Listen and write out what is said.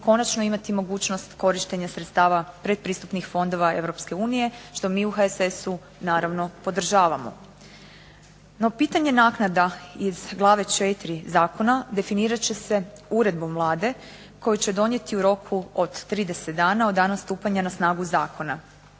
konačno imati mogućnost korištenja sredstava pretpristupnih fondova Europske unije, što mi u HSS-u naravno podržavamo. No pitanje naknada iz glave 4. zakona definirat će se uredbom Vlade, koju će donijeti u roku od 30 dana od dana stupanja na snagu zakona.